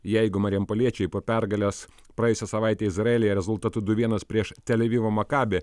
jeigu marijampoliečiai po pergalės praėjusią savaitę izraelyje rezultatu du vienas prieš tel avivo maccabi